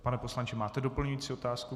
Pane poslanče, máte doplňující otázku?